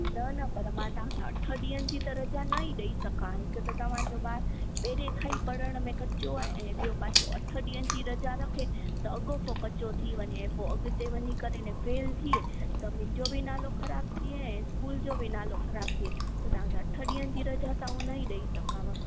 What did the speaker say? न न पर मां तव्हांखे अठ ॾींहंनि जी त रजा न ई ॾेई सघा हिकु त तव्हांजो ॿार पहिरें खां ई पढ़ण में कचो आहे ऐं ॿियों पाछो अठ ॾींहंनि जी रजा रखे त अॻो पोइ कचो थी वञे पोइ अॻिते वञी करे ने फेल थिए त मुंहिंजो बि नालो ख़राबु थिए ऐं स्कूल जो बि नालो ख़राबु थिए त तव्हां अठ ॾींहंनि जी रजा त आउं न ई ॾेई सघांव